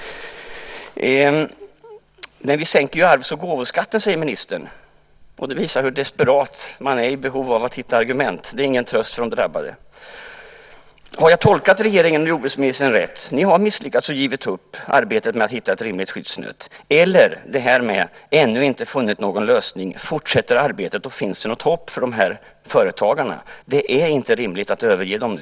Det visar hur desperat behovet av att hitta argument är. Det är ingen tröst för de drabbade. Har jag tolkat regeringen och jordbruksministern rätt? När det gäller detta med att man ännu inte funnit någon lösning: Fortsätter arbetet och finns det något hopp för dessa företagare? Det är inte rimligt att överge dem nu.